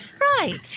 Right